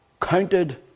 counted